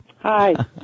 hi